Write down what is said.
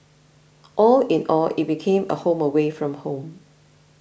all in all it became a home away from home